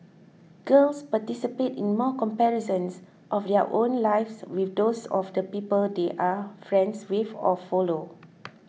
girls participate in more comparisons of their own lives with those of the people they are friends with or follow